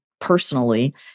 personally